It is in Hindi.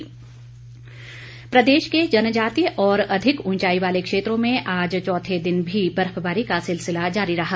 मौसम प्रदेश के जनजातीय और अधिक ऊंचाई वाले क्षेत्रों में आज चौथे दिन भी बर्फवारी का सिलसिला जारी रहा